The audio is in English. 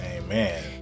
amen